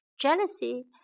Jealousy